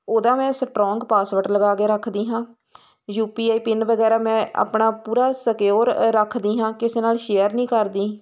ਉਹਦਾ ਮੈਂ strong password ਲਗਾ ਕੇ ਰੱਖਦੀ ਹਾਂ ਯੂ ਪੀ ਆਈ ਪਿੰਨ ਵਗੈਰਾ ਮੈਂ ਆਪਣਾ ਪੂਰਾ ਸਿਕਿਓਰ ਰੱਖਦੀ ਹਾਂ ਕਿਸੇ ਨਾਲ ਸ਼ੇਅਰ ਨਹੀਂ ਕਰਦੀ